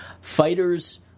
fighters